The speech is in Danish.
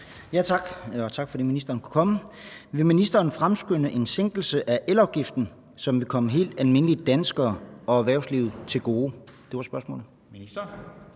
Tak, og tak for, at ministeren kunne komme. Vil ministeren fremskynde en sænkning af elafgiften, som vil komme helt almindelige danskere og erhvervslivet til gode? Det er spørgsmålet.